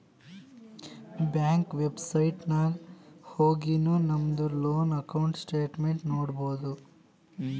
bank website ನಾಗ್ ಹೊಗಿನು ನಮ್ದು ಲೋನ್ ಅಕೌಂಟ್ ಸ್ಟೇಟ್ಮೆಂಟ್ ನೋಡ್ಬೋದು